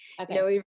Okay